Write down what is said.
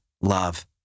love